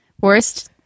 worst